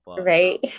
right